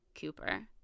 Cooper